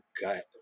gut